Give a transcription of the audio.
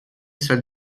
salle